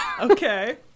okay